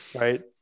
right